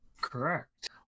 Correct